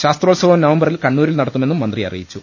ശാസ്ത്രോത്സവം നവംബറിൽ കണ്ണൂരിൽ നടത്തു മെന്നും മന്ത്രി അറിയിച്ചു